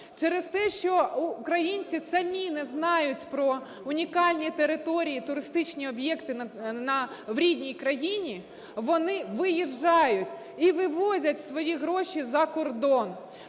через те, що українці самі не знають про унікальні території, туристичні об'єкти в рідній країні, вони виїжджають і вивозять свої гроші за кордон.